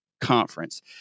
Conference